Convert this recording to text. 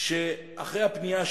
שאחרי הפנייה שלי,